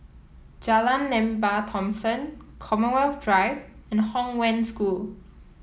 Jalan Lembah Thomson Commonwealth Drive and Hong Wen School